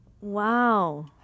Wow